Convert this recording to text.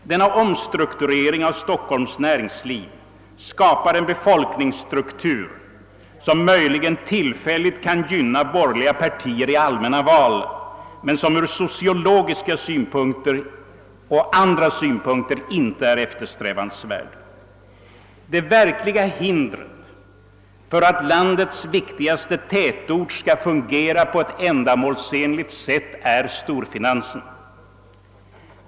Denna förändring av Stockholms näringsliv skapar en befolkningsstruktur, som möjligen tillfälligt kan gynna borgerliga partier i allmänna val, men som ur sociologiska och andra synpunkter inte är eftersträvansvärd. Det verkliga hindret för att landets viktigaste tätort skall fungera på ett ändamålsenligt sätt är storfinansen.